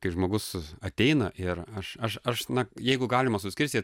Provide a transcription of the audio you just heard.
kai žmogus ateina ir aš aš aš na jeigu galima suskirstyt